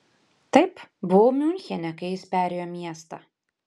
taip buvau miunchene kai jis perėjo miestą